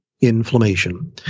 inflammation